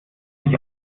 sich